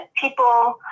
people